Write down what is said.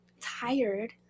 tired